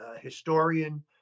historian